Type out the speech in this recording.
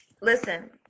listen